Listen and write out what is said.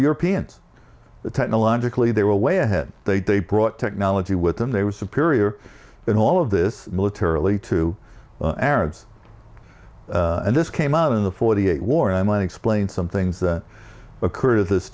europeans technologically they were way ahead they brought technology with them they were superior in all of this militarily to arabs and this came up in the forty eight war i might explain some things that occurred at this